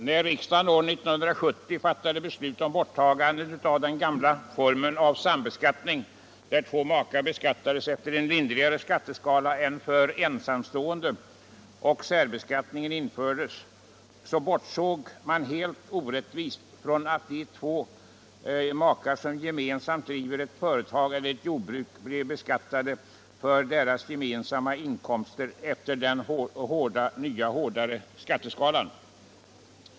När riksdagen år 1970 fattade beslut om borttagande av den gamla formen av sambeskattning, där två makar beskattades efter en lindrigare skatteskala än ensamstående, och särbeskattningen infördes, så bortsåg man helt orättvist från att två makar som gemensamt driver ett företag eller jordbruk blev beskattade för sina gemensamma inkomster efter den nya hårdare skatteskalan.